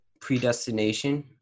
predestination